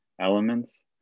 elements